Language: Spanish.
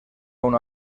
una